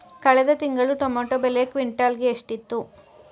ಕಳೆದ ತಿಂಗಳು ಟೊಮ್ಯಾಟೋ ಬೆಲೆ ಕ್ವಿಂಟಾಲ್ ಗೆ ಎಷ್ಟಿತ್ತು?